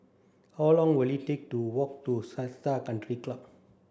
how long will it take to walk to Seletar Country Club